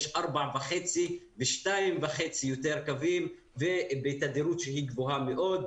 יש ארבע וחצי ושניים וחצי יותר קווים בתדירות שהיא גבוהה מאוד.